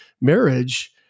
marriage